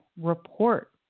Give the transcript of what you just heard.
report